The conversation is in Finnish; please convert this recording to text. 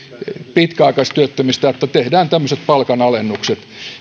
pitkäaikaistyöttömistä että tehdään tämmöiset palkanalennukset